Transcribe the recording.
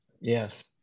Yes